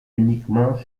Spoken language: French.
uniquement